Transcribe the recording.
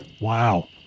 Wow